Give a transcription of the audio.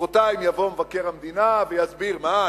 מחרתיים יבוא מבקר המדינה ויסביר: מה,